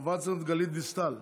מוותר, חברת הכנסת גלית דיסטל,